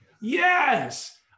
Yes